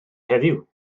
heddiw